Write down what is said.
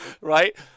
Right